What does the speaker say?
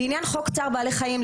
לעניין חוק צער בעלי חיים,